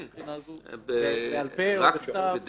בעל פה או בכתב.